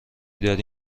داری